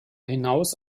hinaus